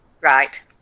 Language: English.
Right